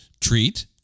treat